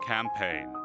Campaign